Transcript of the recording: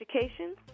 education